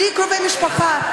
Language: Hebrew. בלי קרובי משפחה,